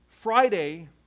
Friday